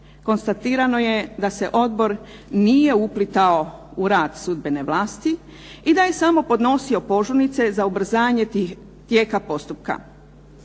konstatirano je da se Odbor nije uplitao u rad sudbene vlasti i da je samo podnosio požurnice za ubrzanje tijeka postupka.